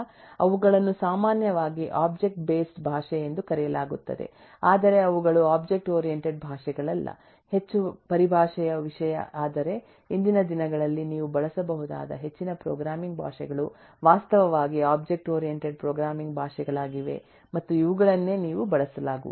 ಅವುಗಳನ್ನು ಸಾಮಾನ್ಯವಾಗಿ object based ಭಾಷೆ ಎಂದು ಕರೆಯಲಾಗುತ್ತದೆ ಆದರೆ ಅವುಗಳು ಒಬ್ಜೆಕ್ಟ್ ಓರಿಯಂಟೆಡ್ ಭಾಷೆಗಳಲ್ಲ ಹೆಚ್ಚು ಪರಿಭಾಷೆಯ ವಿಷಯ ಆದರೆ ಇಂದಿನ ದಿನಗಳಲ್ಲಿ ನೀವು ಬಳಸಬೇಕಾದ ಹೆಚ್ಚಿನ ಪ್ರೋಗ್ರಾಮಿಂಗ್ ಭಾಷೆಗಳು ವಾಸ್ತವವಾಗಿ ಒಬ್ಜೆಕ್ಟ್ ಓರಿಯೆಂಟೆಡ್ ಪ್ರೋಗ್ರಾಮಿಂಗ್ ಭಾಷೆಗಳಾಗಿವೆ ಮತ್ತು ಇವುಗಳನ್ನೇ ನೀವು ಬಳಸಲಾಗುವುದು